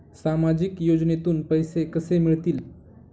सामाजिक योजनेतून पैसे कसे मिळतील?